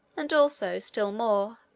and also, still more,